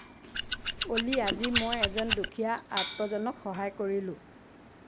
অ'লি আজি মই এজন দুখীয়া আৰ্তজনক সহায় কৰিলোঁ